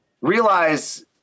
realize